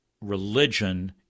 religion